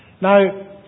Now